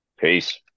Peace